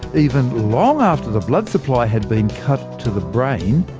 even long after the blood supply had been cut to the brain,